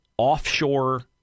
offshore